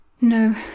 No